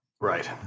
right